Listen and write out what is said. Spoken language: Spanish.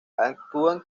actúan